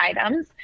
items